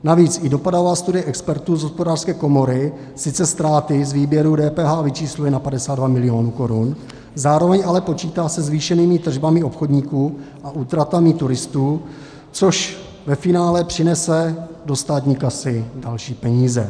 Navíc i dopadová studie expertů z Hospodářské komory sice ztráty z výběru DPH vyčísluje na 52 milionů korun, zároveň ale počítá se zvýšenými tržbami obchodníků a útratami turistů, což ve finále přinese do státní kasy další peníze.